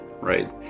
right